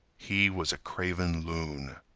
he was a craven loon.